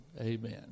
Amen